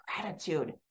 gratitude